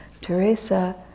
Teresa